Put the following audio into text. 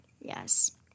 Yes